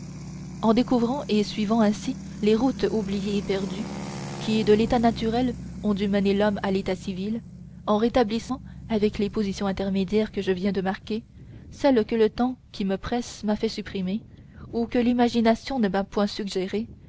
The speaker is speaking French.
en découvrant et suivant ainsi les routes oubliées et perdues qui de l'état naturel ont dû mener l'homme à l'état civil en rétablissant avec les positions intermédiaires que je viens de marquer celles que le temps qui me presse m'a fait supprimer ou que l'imagination ne m'a point suggérées